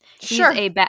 Sure